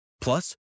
Plus